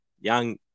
young